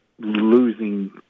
losing